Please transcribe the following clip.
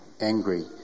angry